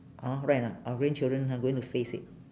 hor right or not our grandchildren ha going to face it